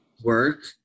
work